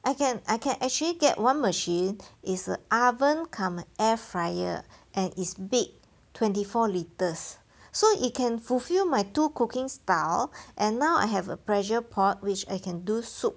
I can I can actually get one machine is the oven cum air fryer and it's big twenty four litres so it can fulfil my two cooking style and now I have a pressure pot which I can do soup